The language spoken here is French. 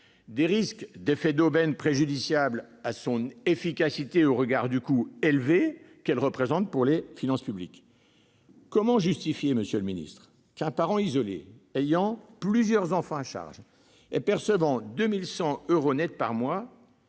des risques d'effets d'aubaine préjudiciables à son efficacité au regard du coût élevé qu'elle représente pour les finances publiques. Monsieur le ministre, comment justifier qu'un parent isolé ayant plusieurs enfants à charge et gagnant 2 100 euros net par mois